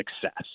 success